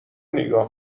نیگا